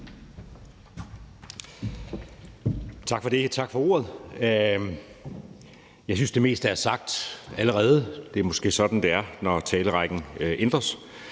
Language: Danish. Søe (M): Tak for ordet. Jeg synes, det meste er sagt allerede. Det er måske sådan, det er, når talerrækken ændres.